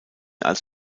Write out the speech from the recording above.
als